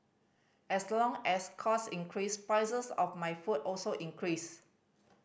as long as cost increase prices of my food also increase